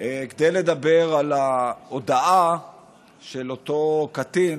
כדי לדבר על ההודאה של אותו קטין